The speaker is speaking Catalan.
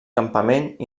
campament